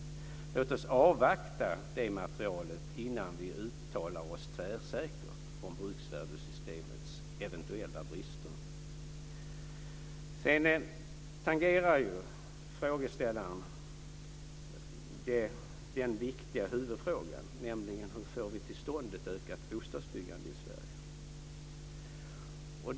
Låt oss avvakta det materialet innan vi uttalar oss tvärsäkert om bruksvärdessystemets eventuella brister. Sedan tangerar ju frågeställaren den viktiga huvudfrågan, nämligen hur vi får till stånd ett ökat bostadsbyggande i Sverige.